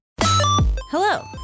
Hello